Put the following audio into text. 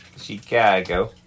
Chicago